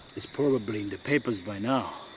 it's probably in the papers by now.